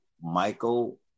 Michael